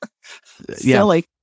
silly